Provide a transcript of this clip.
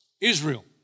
Israel